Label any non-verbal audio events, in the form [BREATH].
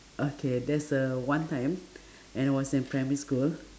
okay there's a one time [BREATH] and was in primary school